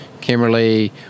Kimberly